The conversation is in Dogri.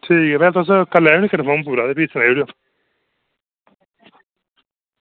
ठीक ऐ तुस करी लैएओ न कंफर्म पूरा ते फ्ही सनाई ओड़ेओ